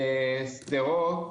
שדרות,